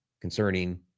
concerning